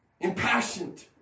impassioned